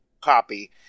copy